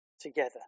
together